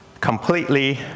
completely